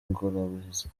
ingorabahizi